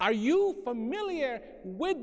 are you familiar with